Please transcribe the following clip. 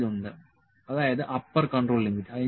L ഉണ്ട് അതായത് upper control limit